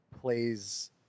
plays